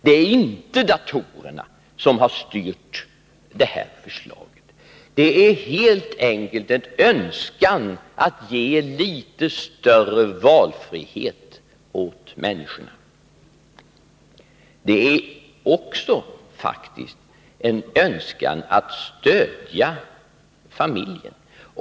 Det är inte datorerna som har styrt det här förslaget. Det är helt enkelt en önskan att ge litet större valfrihet åt människorna. Det är också, faktiskt, en önskan att stödja familjen.